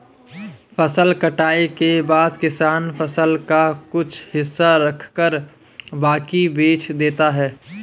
फसल कटाई के बाद किसान फसल का कुछ हिस्सा रखकर बाकी बेच देता है